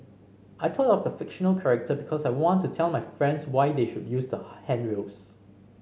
I thought of the fictional character because I want to tell my friends why they should use the handrails